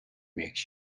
makes